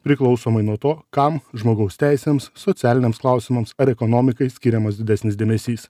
priklausomai nuo to kam žmogaus teisėms socialiniams klausimams ar ekonomikai skiriamas didesnis dėmesys